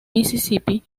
mississippi